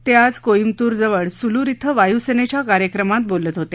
ते आज कोईम्बतूर जवळ स्लूर इथं वाय्सेनेच्या कार्यक्रमात बोलत होते